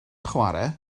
chwarae